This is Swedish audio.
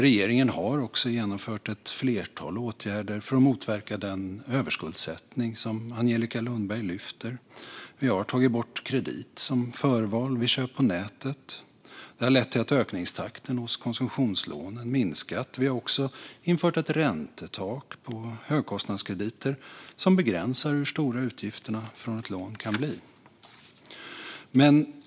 Regeringen har genomfört ett flertal åtgärder för att motverka den överskuldsättning som Angelica Lundberg lyfter upp. Vi har tagit bort kredit som förval vid köp på nätet. Det har lett till att ökningstakten för just konsumtionslånen har minskat. Vi har också infört ett räntetak för högkostnadskrediter som begränsar hur stora utgifterna för ett lån kan bli.